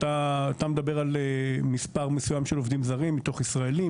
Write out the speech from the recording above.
אתה מדבר על מספר מסוים של עובדים זרים מתוך ישראלים.